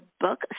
book